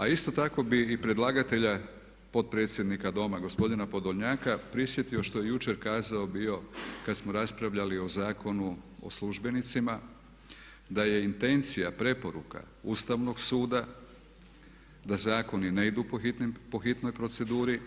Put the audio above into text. A isto tako bi i predlagatelja potpredsjednika Doma gospodina Podolnjaka prisjetio što je jučer kazao bio kad smo raspravljali o Zakonu o službenicima, da je intencija, preporuka Ustavnog suda da zakoni ne idu po hitnoj proceduri